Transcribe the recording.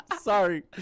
Sorry